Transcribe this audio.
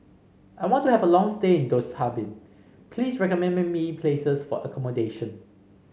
I want to have a long stay in Dushanbe please recommend me places for accommodation